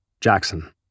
Jackson